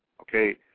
okay